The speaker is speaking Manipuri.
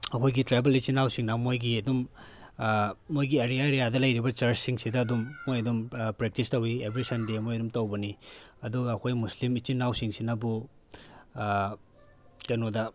ꯑꯩꯈꯣꯏꯒꯤ ꯇ꯭ꯔꯥꯏꯕꯦꯜ ꯏꯆꯤꯜ ꯏꯅꯥꯎꯁꯤꯡꯅ ꯃꯣꯏꯒꯤ ꯑꯗꯨꯝ ꯃꯣꯏꯒꯤ ꯑꯦꯔꯤꯌꯥ ꯑꯦꯔꯤꯌꯥꯗ ꯂꯩꯔꯤꯕ ꯆꯔꯁꯁꯤꯡꯁꯤꯗ ꯑꯗꯨꯝ ꯃꯣꯏ ꯑꯗꯨꯝ ꯄ꯭ꯔꯦꯛꯇꯤꯁ ꯇꯧꯏ ꯑꯦꯚ꯭ꯔꯤ ꯁꯟꯗꯦ ꯃꯣꯏ ꯑꯗꯨꯝ ꯇꯧꯕꯅꯤ ꯑꯗꯨꯒ ꯑꯩꯈꯣꯏ ꯃꯨꯁꯂꯤꯝ ꯏꯆꯤꯜ ꯏꯅꯥꯎꯁꯤꯡꯁꯤꯅꯕꯨ ꯀꯩꯅꯣꯗ